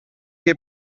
che